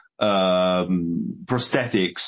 prosthetics